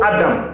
Adam